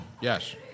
Yes